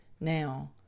now